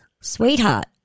sweetheart